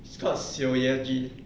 she's called seo ye ji